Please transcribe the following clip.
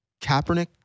Kaepernick